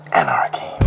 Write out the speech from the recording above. anarchy